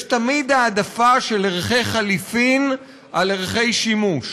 יש תמיד העדפה של ערכי חליפין על ערכי שימוש.